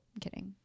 kidding